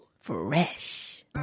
Fresh